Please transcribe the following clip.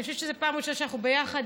אני חושבת שזו פעם ראשונה שאנחנו ביחד,